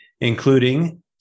including